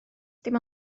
dim